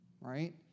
right